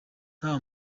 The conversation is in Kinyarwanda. nta